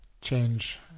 change